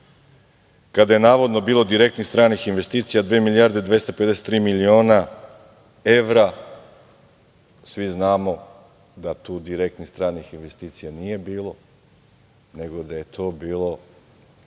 kada je navodno bilo direktnih stranih investicija 2.253.000.000 evra. Svi znamo da tu direktnih stranih investicija nije bilo, nego da je to bilo to